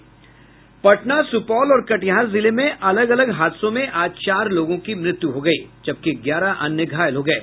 पटना सुपौल और कटिहार जिले में अलग अलग हादसों में आज चार लोगों की मृत्यु हो गयी जबकि ग्यारह अन्य घायल हो गये